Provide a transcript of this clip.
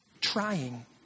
trying